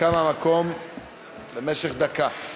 במשך דקה.